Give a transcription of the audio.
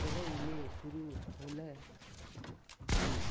करय ले शुरु होलय हल